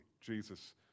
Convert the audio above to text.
Jesus